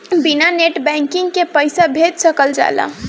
बिना net banking के पईसा भेज सकल जाला?